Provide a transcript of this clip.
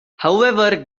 however